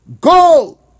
Go